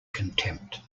contempt